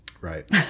Right